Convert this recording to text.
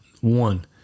One